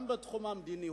גם בתחום המדיני,